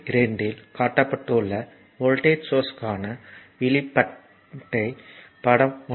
12 இல் காட்டப்பட்டுள்ள வோல்ட்டேஜ் சோர்ஸ்க்கான வெளிப்பாட்டை படம் 1